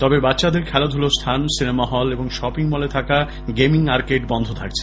তবে বাচ্চাদের খেলাধুলোর স্হান সিনেমা হল এবং শপিং মলে থাকা গেমিং আরকেড বন্ধই থাকবে